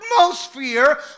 atmosphere